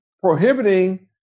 prohibiting